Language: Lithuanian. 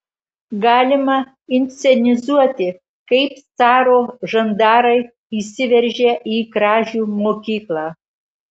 galima inscenizuoti kaip caro žandarai įsiveržia į kražių mokyklą